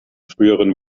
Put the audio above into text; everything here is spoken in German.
früheren